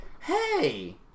hey